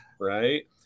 right